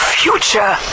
future